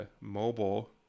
mobile